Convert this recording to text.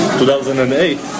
2008